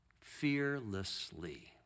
fearlessly